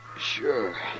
Sure